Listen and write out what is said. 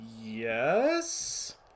yes